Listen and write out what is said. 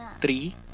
three